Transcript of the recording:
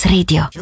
Radio